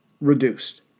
reduced